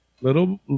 little